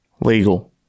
Legal